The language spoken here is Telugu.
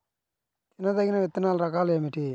తినదగిన విత్తనాల రకాలు ఏమిటి?